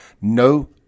No